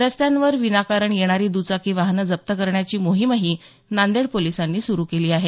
रस्त्यांवर विनाकारण येणारी द्रचाकी वाहनं जप्त करण्याची मोहीमही नांदेड पोलीसांनी सुरू केली आहे